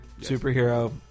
superhero